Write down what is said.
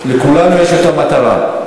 לכולנו יש אותה מטרה.